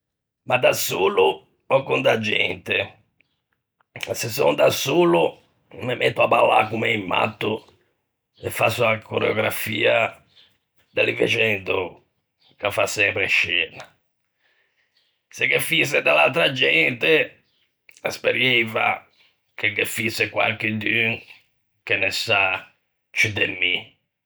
Ma da solo ò con da gente? Se son da solo, me metto à ballâ con un matto, e fasso a coreografia de l'invexendou, che a fa sempre scena. Se ghe fïse de l'atra gente, sperieiva che ghe fïse quarchidun che ne sa ciù de mi.